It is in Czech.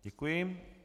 Děkuji.